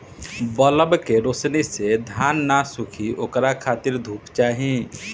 bulb के रौशनी से धान न सुखी ओकरा खातिर धूप चाही